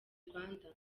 rwanda